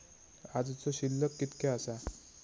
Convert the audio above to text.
आजचो शिल्लक कीतक्या आसा?